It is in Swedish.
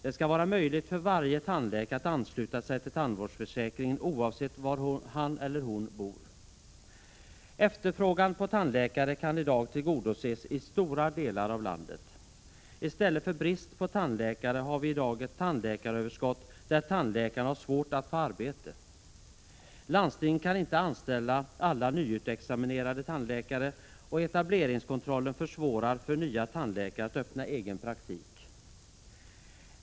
Det skall vara möjligt för varje tandläkare att ansluta sig till tandvårdsförsäkringen oavsett var han eller hon bor. Efterfrågan på tandläkare kan i dag tillgodoses i stora delar av landet. I stället för brist på tandläkare har vi i dag ett tandläkaröverskott, där tandläkarna har svårt att få arbete. Landstingen kan inte anställa alla nyutexaminerade tandläkare, och etableringskontrollen försvårar för nya tandläkare att öppna egen praktik.